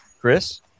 Chris